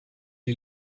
est